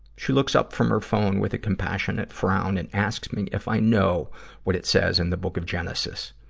she looks up from her phone with a compassionate frown and asks me if i know what it says in the book of genesis.